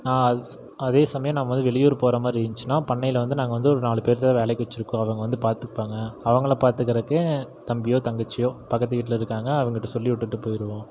நான் அது ஸ் அதேசமயம் நம்ம வந்து வெளியூர் போகற மாதிரி இருந்துச்சுன்னா பண்ணையில் வந்து நாங்கள் வந்து ஒரு நாலு பேர் தான் வேலைக்கு வச்சிருக்கோம் அவங்க வந்து பார்த்துப்பாங்க அவங்களை பார்த்துக்கறக்கு தம்பியோ தங்கச்சியோ பக்கத்து வீட்டில இருக்காங்க அவங்கட்ட சொல்லி விட்டுவிட்டு போயிருவோம்